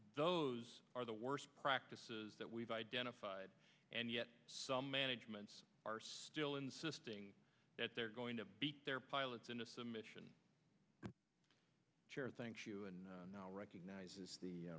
those are the worst practices that we've identified and yet some managements are still insisting that they're going to beat their pilots into submission thank you and now recognizes the